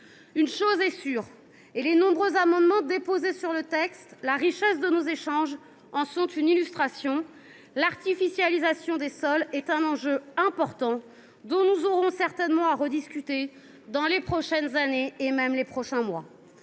Une chose est sûre, et les nombreux amendements déposés sur le texte ainsi que la richesse de nos échanges en sont l’illustration : l’artificialisation des sols est un enjeu important dont nous aurons certainement à rediscuter dans les prochaines années, voire dans les prochains mois.